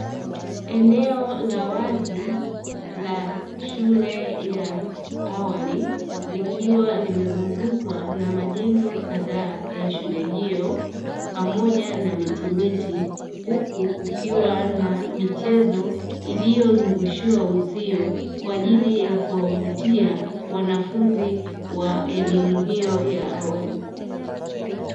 Eneo la wazi la shule ya awali likiwa limezungukwa na majengo kadhaa ya shule hiyo pamoja na mitimiti, huku kukiwa na michezo iliyozungushiwa uzio kwa ajili ya kuwavutia wanafunzi wa elimu hiyo ya awali.